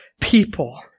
people